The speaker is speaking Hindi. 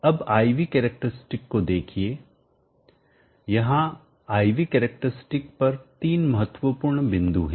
अब I V करैक्टरस्टिक को देखिए यहां I V करैक्टरस्टिक पर तीन महत्वपूर्ण बिंदु है